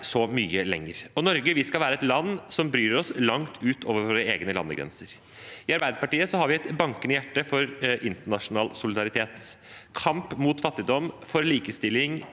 så mye lengre. Norge skal være et land som bryr seg langt utover våre egne landegrenser. I Arbeiderpartiet har vi et bankende hjerte for internasjonal solidaritet, for kamp mot fattigdom, for likestilling